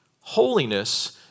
holiness